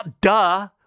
duh